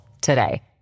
today